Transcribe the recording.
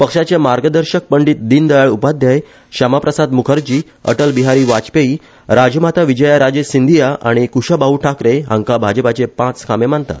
पक्षाचे मार्गदर्शक पंडित दिन दयाळ उपाध्याय श्यामाप्रसाद मुखर्जी अटल बिहारी वाजपेयी राजमाता विजया राजे सिंधिया आनी कुशाभाउ ठाकरे हांका भाजपाचे पांच खांबे मानतात